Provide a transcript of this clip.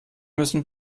müssen